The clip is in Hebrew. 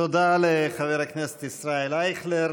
תודה, לחבר הכנסת ישראל אייכלר.